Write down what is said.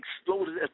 exploded